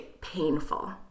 painful